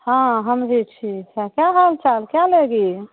हाँ हम भी ठीक हैं क्या हाल चाल क्या लेगी